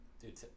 dude